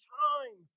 time